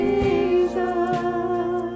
Jesus